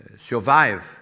survive